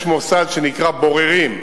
יש מוסד שנקרא בוררים,